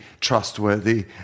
trustworthy